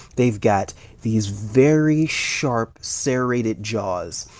they've got these very sharp serrated jaws.